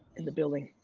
in the building.